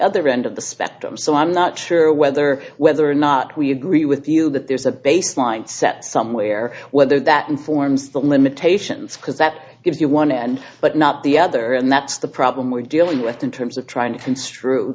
other end of the spectrum so i'm not sure whether whether or not we agree with you that there's a baseline set somewhere whether that informs the limitations because that gives you one end but not the other and that's the problem we're dealing with in terms of trying to construe